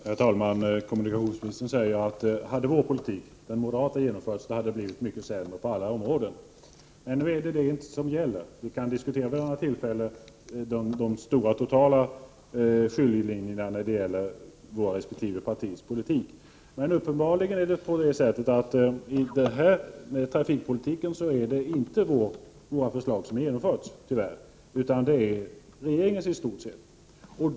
Herr talman! Kommunikationsministern säger att hade den moderata politiken genomförts hade det blivit mycket sämre på alla områden. Men nu är det inte det som gäller — vi kan vid annat tillfälle diskutera de totala skillnaderna mellan våra resp. partiers politik. Men på trafikpolitikens område är det tyvärr inte våra förslag som har genomförts, utan det är i stort sett regeringens.